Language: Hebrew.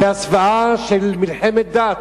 בהסוואה של מלחמת דת,